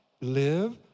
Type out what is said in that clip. live